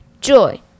joy